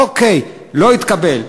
אוקיי, לא התקבל.